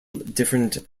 different